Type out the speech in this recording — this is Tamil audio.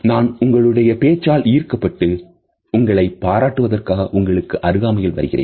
நான் உங்களுடைய பேச்சால் ஈர்க்கப்பட்டு உங்களைப் பாராட்டுவதற்காக உங்களுக்கு அருகாமையில் வருகிறேன்